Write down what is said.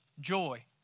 joy